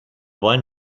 wollen